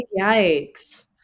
Yikes